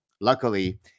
luckily